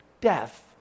death